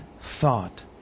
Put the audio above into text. thought